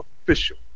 official